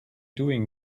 doing